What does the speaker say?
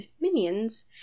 minions